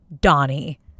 Donnie